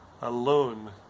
alone